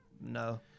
no